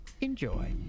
enjoy